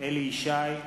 אליהו ישי,